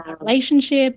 relationship